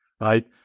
right